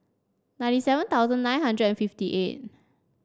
ninety seven thousand nine hundred and fifty eight